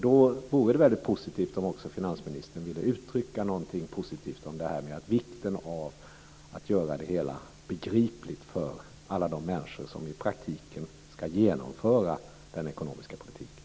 Då vore det väldigt positivt om också finansministern ville uttrycka någonting positivt om det här med vikten av att göra det hela begripligt för alla de människor som i praktiken ska genomföra den ekonomiska politiken.